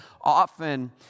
often